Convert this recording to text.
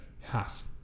half